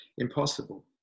impossible